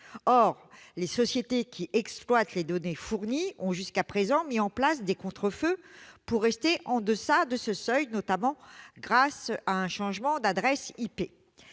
Or les sociétés qui exploitent les données fournies ont jusqu'à présent mis en place des contre-feux pour rester en deçà de ce seuil, notamment grâce à un changement d'adresse IP.